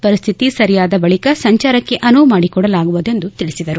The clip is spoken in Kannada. ಪರಿಸ್ತಿತಿ ಸರಿಯಾದ ಬಳಿಕ ಸಂಚಾರಕ್ಕೆ ಅನುವು ಮಾಡಿಕೊಡಲಾಗುವುದು ಎಂದು ತಿಳಿಸಿದರು